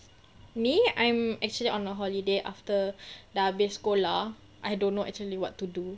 me I'm actually on a holiday after dah habis sekolah I don't know actually what to do